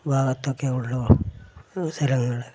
ഈ ഭാഗത്തൊക്കെയേ ഉള്ളൂ സ്ഥലങ്ങള്